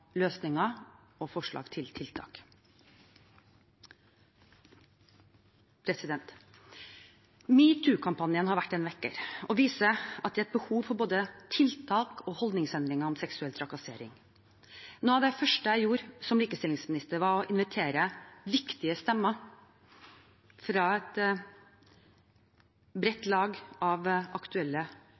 løsninger og forslag til tiltak. Metoo-kampanjen har vært en vekker og viser at det er behov for både tiltak og holdningsendringer om seksuell trakassering. Noe av det første jeg gjorde som likestillingsminister, var å invitere viktige stemmer fra et bredt lag av aktuelle